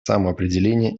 самоопределения